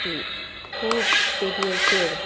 ती खूप पेटयेचेर